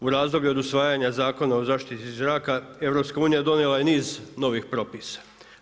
U razdoblju od usvajanja Zakona o zaštiti zraka EU donijela je niz novih propisa.